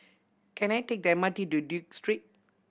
can I take the M R T to Duke Street